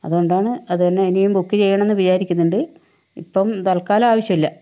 അതുകൊണ്ടാണ് അതുതന്നെ ഇനിയും ബുക്ക് ചെയ്യണോന്ന് വിചാരിക്കുന്നുണ്ട് ഇപ്പം തൽക്കാലം ആവശ്യമില്ല